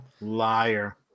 liar